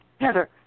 Heather